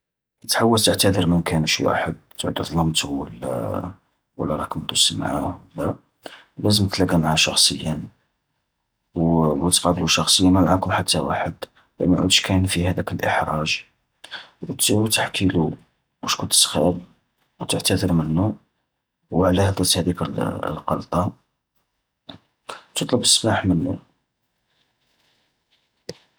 كي تحوس تعتذر من كانش واحد تعود ظلمتو ولا ولا راك مدوس معاه ولا، لازم تلاقا معاه شخصيا، وتقابله شخصيا ما معاكم حتى واحد، باه مايعودش كاين فيه هذاك الاحراج. وت-تحكيلو وش كنت تسخيب، وتعتذر منو، و علاه درت هذيك القلطة، و تطلب السماح منو.